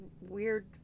weird